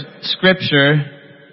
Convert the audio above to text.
scripture